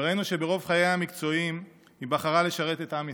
וראינו שברוב חייה המקצועיים היא בחרה לשרת את עם ישראל.